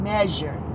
Measure